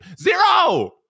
Zero